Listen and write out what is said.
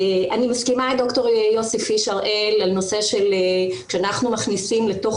אני מסכימה עם ד"ר פיש-הראל על נושא שכשאנחנו מכניסים לתוך